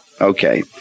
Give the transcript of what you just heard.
Okay